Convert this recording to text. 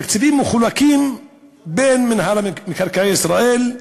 התקציבים מחולקים בין מינהל מקרקעי ישראל,